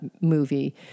movie